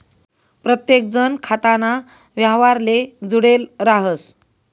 प्रत्येकजण खाताना व्यवहारले जुडेल राहस